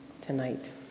tonight